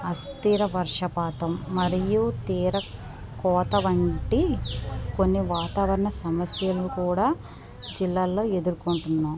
అస్థిర వర్షపాతం మరియు తీరం కోత వంటి కొన్ని వాతావరణ సమస్యలను కూడా జిల్లాల్లో ఎదుర్కుంటున్నాము